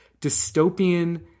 dystopian